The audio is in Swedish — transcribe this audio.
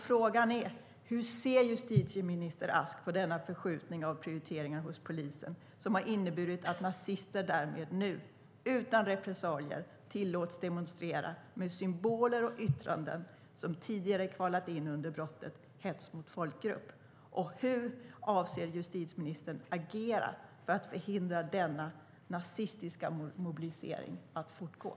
Frågan är: Hur ser justitieminister Ask på denna förskjutning av prioriteringen hos polisen, som har inneburit att nazister utan repressalier tillåts demonstrera med symboler och yttranden som tidigare kvalat in under brottet hets mot folkgrupp? Hur avser justitieministern att agera för att förhindra att denna nazistiska mobilisering fortgår?